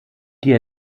die